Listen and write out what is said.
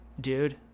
Dude